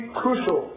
crucial